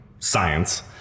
science